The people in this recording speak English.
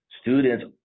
Students